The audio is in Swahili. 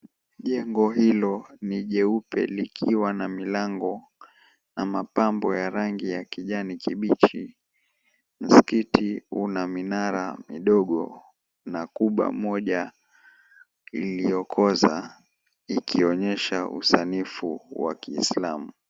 Jengo hilo ni jeupe likiwa na milango na mapambo ya kijani kibichi. Msikiti una minara midogo na kuba moja iliyokoza ikionyesha usanifu wa kiislamu.